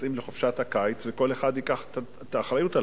יוצאים לחופשת הקיץ וכל אחד ייקח את האחריות.